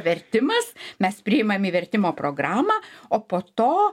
vertimas mes priimam į vertimo programą o po to